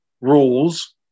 rules